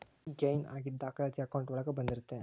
gain ಆಗಿದ್ ದಾಖಲಾತಿ account ಒಳಗ ಬಂದಿರುತ್ತೆ